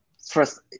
first